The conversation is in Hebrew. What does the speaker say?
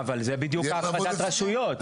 אבל זה בדיוק הפרדת רשויות.